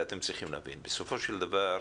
בסופו של דבר,